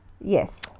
Yes